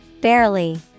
Barely